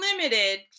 Limited